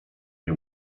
nie